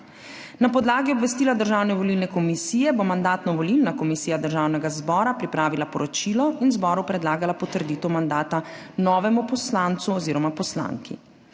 Na podlagi obvestila Državne volilne komisije bo Mandatno-volilna komisija Državnega zbora pripravila poročilo in zboru predlagala potrditev mandata novemu poslancu oziroma poslanki.